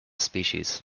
species